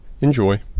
enjoy